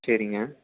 சரிங்க